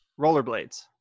rollerblades